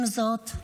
עם זאת,